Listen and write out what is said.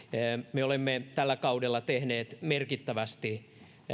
me olemme tällä kaudella tehneet merkittävästi